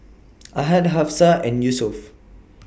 Ahad Hafsa and Yusuf